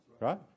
Right